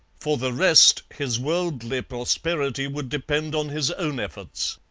for the rest, his worldly prosperity would depend on his own efforts.